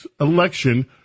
election